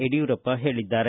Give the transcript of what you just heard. ಯಡಿಯೂರಪ್ಪ ಹೇಳಿದ್ದಾರೆ